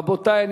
רבותי,